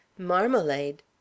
marmalade